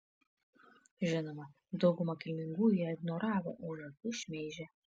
žinoma dauguma kilmingųjų ją ignoravo o už akių šmeižė